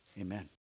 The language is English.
Amen